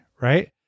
Right